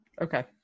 Okay